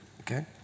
Okay